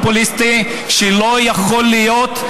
אני מבקשת לסיים.